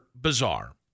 bizarre